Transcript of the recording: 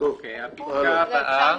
מי בעד?